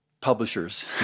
publishers